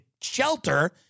shelter